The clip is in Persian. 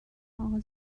اقا